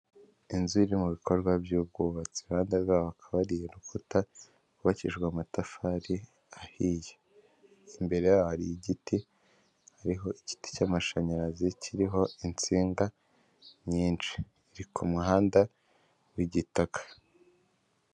Inzu iri mu bikorwa by'ubwubatsi iruhande rwawo hakaba hari urukuta rwubakijwe amatafari ahiye, imbere hari igiti hariho igiti cy'amashanyarazi kiriho insinga nyinshi, iri ku muhanda w'igitaka.